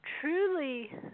truly